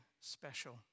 special